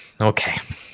Okay